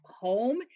home